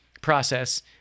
process